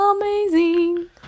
Amazing